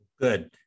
Good